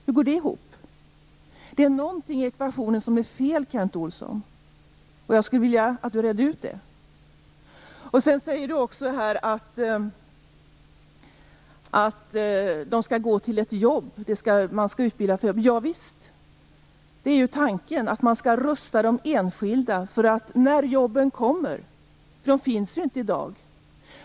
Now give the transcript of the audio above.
Hur går det ihop? Det är någonting i ekvationen som är fel, Kent Olsson. Jag skulle vilja få det utrett. Kent Olsson säger också att man skall utbilda människor för jobb. Javisst, tanken är ju att man skall rusta de enskilda inför den dag då jobben kommer, för dessa finns ju inte i dag.